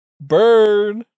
Bird